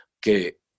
que